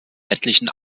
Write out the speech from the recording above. etlichen